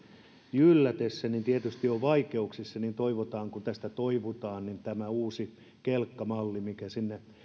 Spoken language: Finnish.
jyllätessä tietysti on vaikeuksissa niin toivotaan kun tästä toivutaan että tämä uusi kelkkamalli mikä sinne